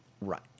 Right